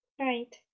Right